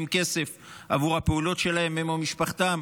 כסף עבור הפעולות שלהם ועם משפחתם,